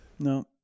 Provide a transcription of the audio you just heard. No